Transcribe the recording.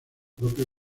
propio